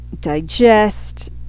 digest